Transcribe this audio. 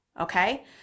okay